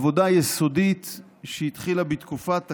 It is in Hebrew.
עבודה יסודית שהתחילה בתקופת הקיץ,